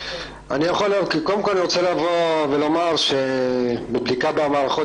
קודם כל אני רוצה לבוא ולומר שבבדיקה במערכות